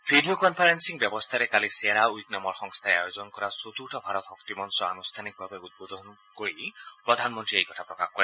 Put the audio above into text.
video conferencing ব্যৱস্থাৰে কালি CERA week নামৰ সংস্থাই আয়োজন কৰা চতুৰ্থ ভাৰত শক্তি মঞ্চ আনুষ্ঠানিকভাৱে উদ্বোধন কৰি প্ৰধানমন্ত্ৰীয়ে এই কথা প্ৰকাশ কৰে